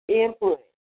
input